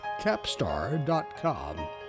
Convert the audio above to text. Capstar.com